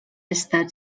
estat